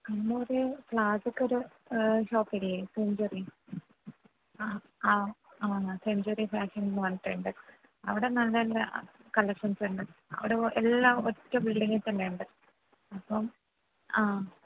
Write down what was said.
കണ്ണൂര് പ്ലാസക്കൊരു ഷോപ്പില്ലേ സെഞ്ച്വറി ആ ആ ആ സെഞ്ച്വറി ഫാഷന് എന്ന് പറഞ്ഞിട്ട് ഉണ്ട് അവിടെ നല്ല നല്ല കളക്ഷൻസ് അവിടെ എല്ലാം ഒറ്റ ബില്ഡിങ്ങില് തന്നെ ഉണ്ട് അപ്പം ആ